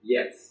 Yes